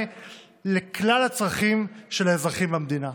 על כלל הצרכים של האזרחים במדינה.